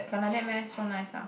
can like that meh so nice ah